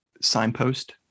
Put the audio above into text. signpost